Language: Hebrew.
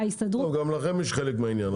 טוב, גם לכם יש חלק בעניין.